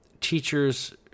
teachers